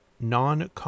non